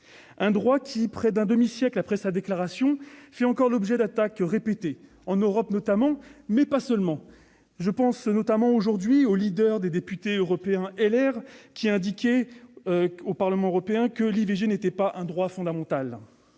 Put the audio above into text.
un droit qui, près d'un demi-siècle après sa déclaration, fait encore l'objet d'attaques répétées, en Europe notamment, mais pas uniquement. Je pense au leader des députés européens LR, qui a indiqué au Parlement européen que l'IVG n'était pas un droit fondamental.